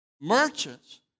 merchants